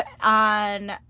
on